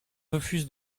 refuse